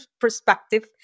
perspective